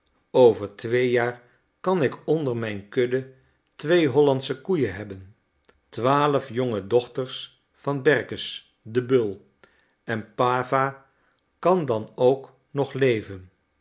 over twee jaar kan ik onder mijn kudde twee hollandsche koeien hebben twaalf jonge dochters van berkus den bul en pawa kan dan ook nog leven